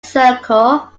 circle